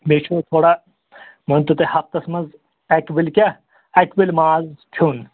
بیٚیہِ چھُ تھوڑا مٲنتو تُہۍ ہَفتَس منٛز اَکہِ ؤلۍ کیٛاہ اَکہِ ؤلۍ ماز کھیوٚن